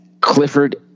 Clifford